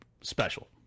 special